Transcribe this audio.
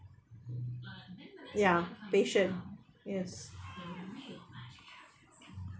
ya passion yes